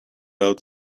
out